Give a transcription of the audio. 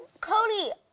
Cody